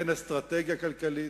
אין אסטרטגיה כלכלית,